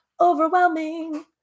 overwhelming